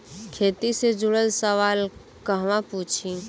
खेती से जुड़ल सवाल कहवा पूछी?